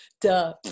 duh